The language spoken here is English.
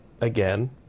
again